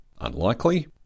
unlikely